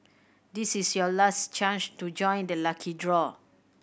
this is your last chance to join the lucky draw